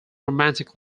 romantic